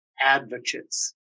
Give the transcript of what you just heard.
advocates